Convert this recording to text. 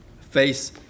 face